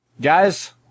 Guys